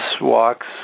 walks